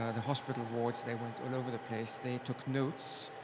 ah the hospital wards, they went all over the place, they took notes.